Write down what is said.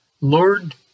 Lord